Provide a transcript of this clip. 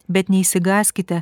bet neišsigąskite